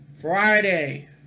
Friday